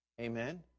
Amen